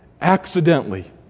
accidentally